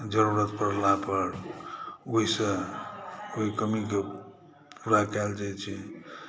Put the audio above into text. ज़रूरत परला पर ओहिसॅं ओहि कमीके पूरा कयल जाइ छै